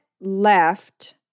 left